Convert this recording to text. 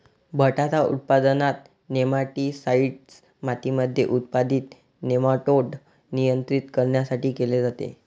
बटाटा उत्पादनात, नेमाटीसाईड मातीमध्ये उत्पादित नेमाटोड नियंत्रित करण्यासाठी केले जाते